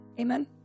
amen